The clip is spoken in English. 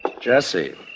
Jesse